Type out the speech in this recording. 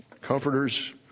comforters